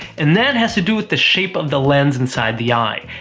and that has to do with the shape of the lens inside the eye.